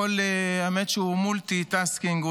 האמת שהוא מולטי-טסקינג,